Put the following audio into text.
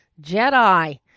Jedi